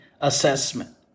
assessment